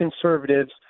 conservatives